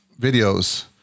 videos